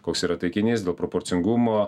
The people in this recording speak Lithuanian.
koks yra taikinys proporcingumo